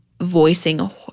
voicing